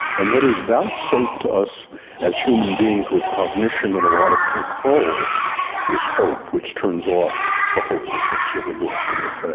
and what is vouchsafed to us as human beings with cognition and a lot of control is hope, which turns off the hopelessness of the dorsal raphe.